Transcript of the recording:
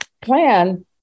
plan